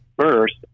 first